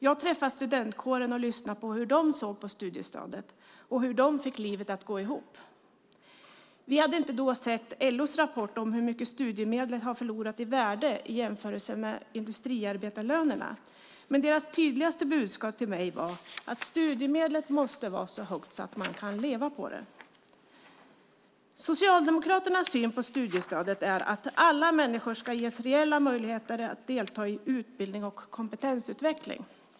Jag träffade studentkåren och lyssnade på hur de såg på studiestödet och hur de fick livet att gå ihop. Vi hade då inte sett LO:s rapport om hur mycket studiemedlet har förlorat i värde i jämförelse med industriarbetarlönerna, men deras tydligaste budskap till mig var att studiemedlet måste vara så högt att man kan leva på det. Socialdemokraternas syn på studiestödet är att alla människor ska ges reella möjligheter att delta i utbildning och kompetensutveckling.